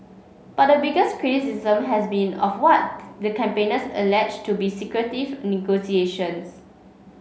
but the biggest criticism has been of what the campaigners allege to be secretive negotiations